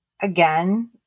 again